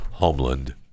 Homeland